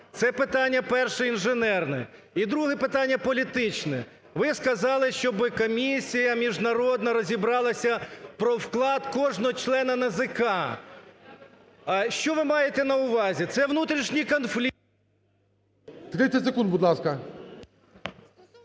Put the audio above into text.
Це питання перше, інженерне. І друге питання політичне. Ви сказали, щоби комісія міжнародна розібралася про вклад кожного члена НАЗК. Що ви маєте на увазі? Це внутрішній конфлікт… ГОЛОВУЮЧИЙ. 30 секунд, будь ласка.